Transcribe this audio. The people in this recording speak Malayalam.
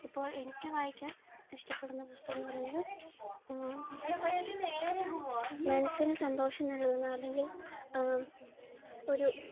ഇപ്പോൾ എനിക്ക് വായിക്കാൻ ഇഷ്ടപ്പെടുന്ന പുസ്തകമെന്ന് പറയുന്നത് മനസ്സിന് സന്തോഷം നൽകുന്ന അല്ലെങ്കിൽ ഒരു